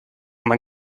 man